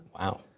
Wow